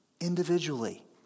individually